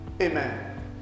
Amen